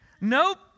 nope